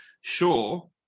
Sure